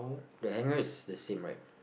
the handrail is the same right